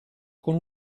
con